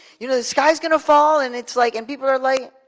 you know the sky is gonna fall, and it's like, and people are like,